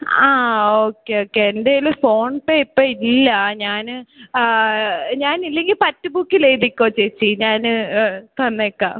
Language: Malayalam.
ആ ഓക്കെ ഓക്കെ എൻറ്റേൽ ഫോൺ പെ ഇപ്പം ഇല്ല ഞാൻ ഞാനില്ലെങ്കിൽ പറ്റ് ബുക്കിലെഴ്തിക്കൊ ചേച്ചി ഞാൻ തന്നേക്കാം